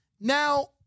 Now